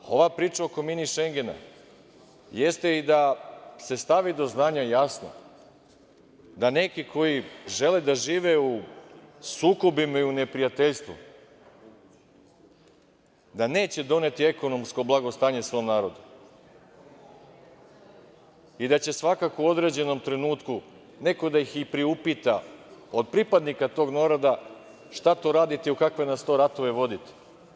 Ova priča oko „mini Šengena“ jeste i da se stavi do znanja jasno da neki koji žele da žive u sukobima i u neprijateljstvu da neće doneti ekonomsko blagostanje svom narodu i da će svakako u određenom trenutku neko da ih i priupita, od pripadnika tog naroda – šta to radite i u kakve nas to ratove vodite?